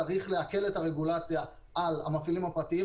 צריך להקל את הרגולציה על המפעילים הפרטיים,